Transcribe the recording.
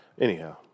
Anyhow